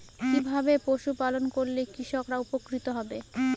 কিভাবে পশু পালন করলেই কৃষকরা উপকৃত হবে?